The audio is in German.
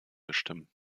bestimmen